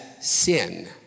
sin